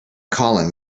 colin